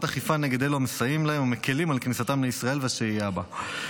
אכיפה נגד אלו המסייעים להם ומקילים על כניסתם לישראל והשהייה בה.